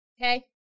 Okay